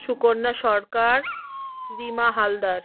Sukanya Sarkar Rima Haldar